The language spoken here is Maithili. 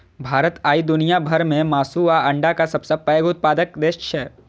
भारत आइ दुनिया भर मे मासु आ अंडाक सबसं पैघ उत्पादक देश छै